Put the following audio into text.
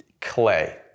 clay